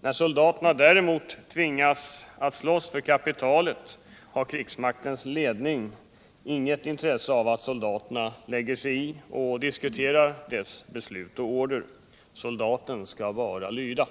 När soldaterna däremot tvingas att slåss för kapitalet, har krigsmaktens ledning inget intresse av att soldaterna lägger sig i och diskuterar dess beslut och order. Soldaten skall lyda.